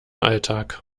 alltag